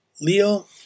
Leo